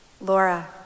Laura